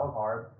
hard